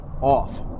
off